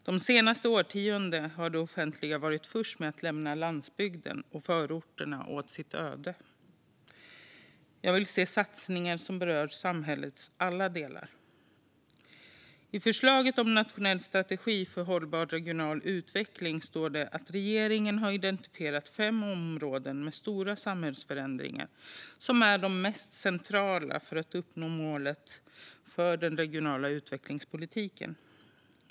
De senaste årtiondena har det offentliga varit först med att lämna landsbygden och förorterna åt sitt öde. Jag vill se satsningar som berör samhällets alla delar. I förslaget om nationell strategi för hållbar regional utveckling står det att regeringen har identifierat fem områden med stora samhällsförändringar som de mest centrala för att uppnå målet för den regionala utvecklingspolitiken.